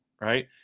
right